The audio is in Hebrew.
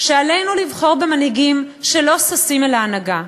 שעלינו לבחור במנהיגים שלא ששים אל ההנהגה.